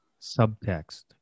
subtext